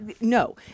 no